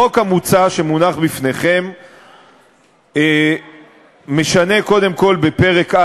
החוק המוצע שמונח בפניכם משנה קודם כול בפרק,